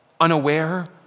unaware